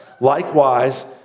Likewise